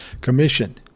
Commission